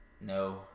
No